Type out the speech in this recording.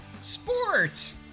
sports